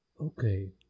Okay